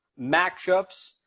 matchups